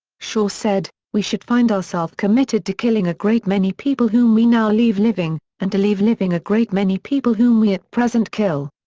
shaw said we should find ourselves committed to killing a great many people whom we now leave living, and to leave living a great many people whom we at present kill.